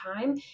time